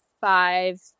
five